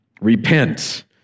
Repent